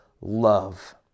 love